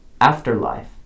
afterlife